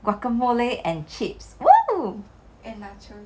guacamole and chips !wow!